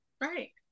Right